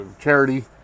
charity